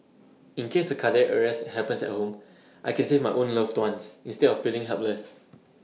in case A cardiac arrest happens at home I can save my own loved ones instead of feeling helpless